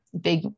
big